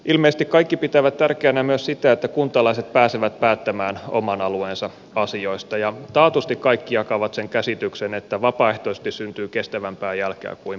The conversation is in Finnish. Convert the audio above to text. ilmeisesti kaikki pitävät tärkeänä myös sitä että kuntalaiset pääsevät päättämään oman alueensa asioista ja taatusti kaikki jakavat sen käsityksen että vapaaehtoisesti syntyy kestävämpää jälkeä kuin pakottamalla